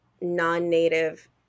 non-native